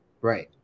right